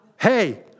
hey